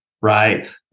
right